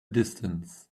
distance